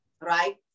Right